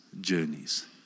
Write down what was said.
journeys